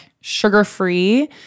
sugar-free